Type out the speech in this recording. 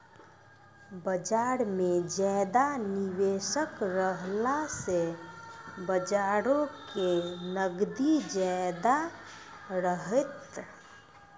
बजार मे ज्यादा निबेशक रहला से बजारो के नगदी ज्यादा रहतै